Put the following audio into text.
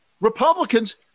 Republicans